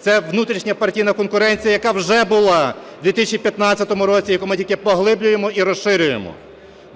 Це внутрішньопартійна конкуренція, яка вже була в 2015 році, яку ми тільки поглиблюємо і розширюємо.